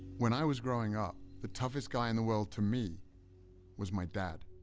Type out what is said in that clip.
when i was growing up the toughest guy in the world to me was my dad.